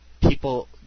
People